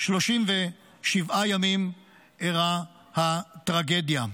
37 ימים אירעה הטרגדיה.